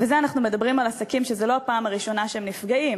להשוויץ שהיא הבטיחה להעביר בתוך כמה שנים,